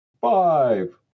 Five